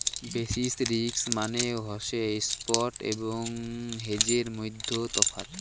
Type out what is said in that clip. basis risk মানে হসে spot এবং হেজের মইধ্যে তফাৎ